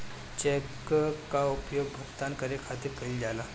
check कअ उपयोग भुगतान करे खातिर कईल जाला